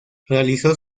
realizó